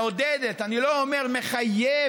מעודדת, אני לא אומר מחייבת,